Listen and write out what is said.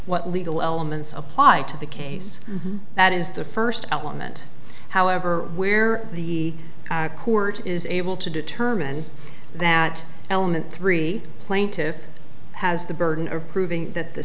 what legal elements of apply to the case that is the first element however where the court is able to determine that element three plaintive has the burden of proving that the